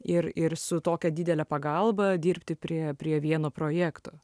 ir ir su tokia didele pagalba dirbti prie prie vieno projekto